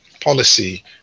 policy